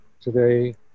today